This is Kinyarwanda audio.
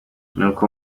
nuko